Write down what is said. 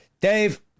Dave